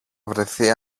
βρεθεί